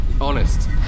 Honest